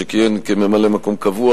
שכיהן כממלא-מקום קבוע,